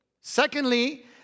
Secondly